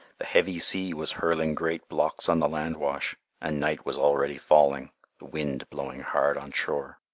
the heavy sea was hurling great blocks on the landwash, and night was already falling, the wind blowing hard on shore.